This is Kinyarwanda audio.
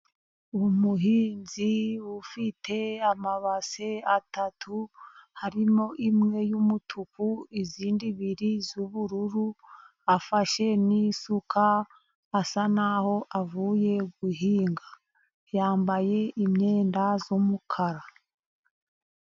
Umuhinzi ufite amabase atatu, harimo imwe y'umutuku izindi ebyiri z'ubururu, afashe n'isuka, asa naho avuye guhinga, yambaye imyenda y'umukara.